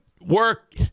work